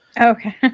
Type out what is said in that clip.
Okay